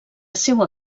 seua